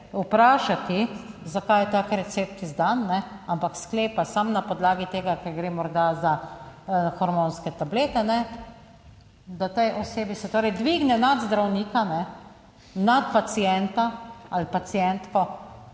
vprašati, zakaj je tak recept izdan, ne, ampak sklepa samo na podlagi tega, ker gre morda za hormonske tablete, ne, da tej osebi, se torej dvigne nad zdravnika, ne, nad pacienta ali pacientko